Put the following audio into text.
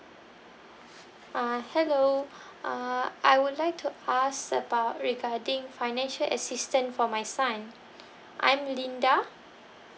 uh hello uh I would like to ask about regarding financial assistance for my son I'm linda